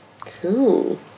Cool